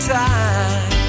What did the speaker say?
time